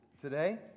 today